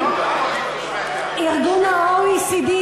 ה-OECD,